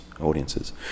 audiences